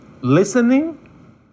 listening